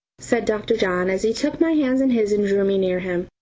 said dr. john as he took my hand in his and drew me near him.